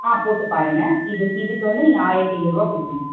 ஆ போட்டுப் பாருங்கள் இது இதுக்கு வந்து நீங்கள் ஆயிரத்தி ஐந்நூறுரூவா கொடுக்கணும்